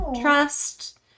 trust